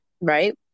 Right